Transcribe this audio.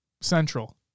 Central